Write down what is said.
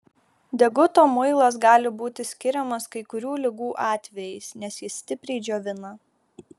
deguto muilas gali būti skiriamas kai kurių ligų atvejais nes jis stipriai džiovina